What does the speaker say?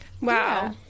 Wow